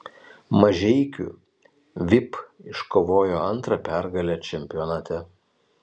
mažeikių vip iškovojo antrą pergalę čempionate